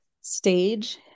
stage